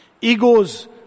egos